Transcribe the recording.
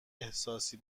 احساسی